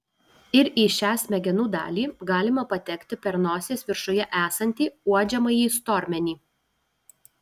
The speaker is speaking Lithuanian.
ir į šią smegenų dalį galima patekti per nosies viršuje esantį uodžiamąjį stormenį